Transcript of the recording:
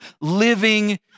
living